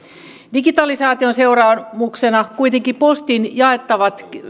digitalisaation seuraamuksena kuitenkin postin jaettavat